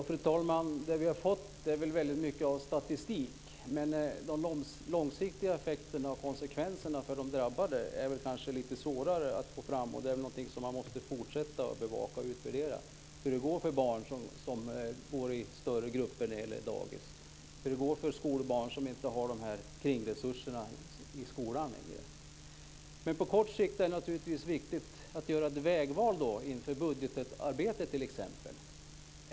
Fru talman! Vi har fått väldigt mycket statistik, men det är kanske lite svårare att få fram de långsiktiga effekterna och konsekvenserna för de drabbade. Man måste fortsätta att bevaka och utvärdera hur det går för barn i större dagisgrupper och hur det går för skolbarn som inte längre har de här kringresurserna i skolan. Men på kort sikt är det naturligtvis viktigt att man gör ett vägval, t.ex. inför budgetarbetet.